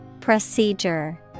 Procedure